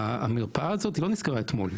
המרפאה הזאת לא נסגרה אתמול,